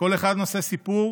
כל אחד נושא סיפור